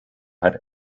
had